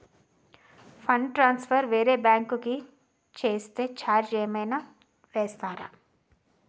Fund transfer వేరే bank కి చేస్తే ఛార్జ్ ఏమైనా వేస్తారా?